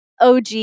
OG